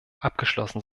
abgeschlossen